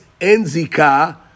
enzika